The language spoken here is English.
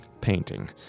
Painting